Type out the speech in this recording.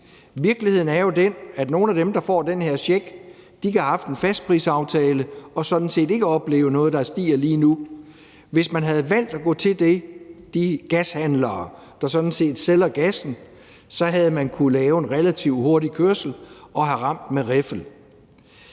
Virkeligheden er jo den, at nogle af dem, der får den her check, kan have haft en fastprisaftale og sådan set ikke oplever noget, der stiger lige nu. Hvis man havde valgt at gå til de gashandlere, der sælger gassen, havde man kunnet lave en relativt hurtig kørsel og have ramt det med riffel.